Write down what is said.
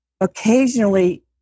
occasionally